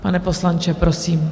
Pane poslanče, prosím.